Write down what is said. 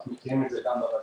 אנחנו מכירים את זה גם בות"ל,